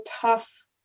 tough